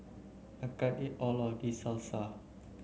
I can't eat all of this Salsa